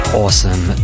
awesome